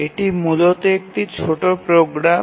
এটি মূলত একটি ছোট প্রোগ্রাম